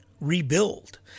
rebuild